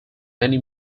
many